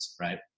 right